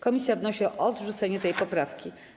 Komisja wnosi o odrzucenie tej poprawki.